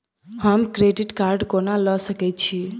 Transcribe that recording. हम credit card कोना लऽ सकै छी?